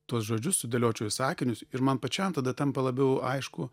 tuos žodžius sudėliočiau į sakinius ir man pačiam tada tampa labiau aišku